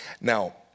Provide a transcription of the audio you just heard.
Now